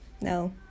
no